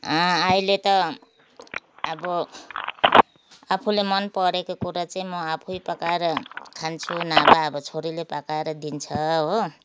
अहिले त अब आफूलाई मनपरेको कुरा चाहिँ म आफै पकाएर खान्छु नभए अब छोरीले पकाएर दिन्छ हो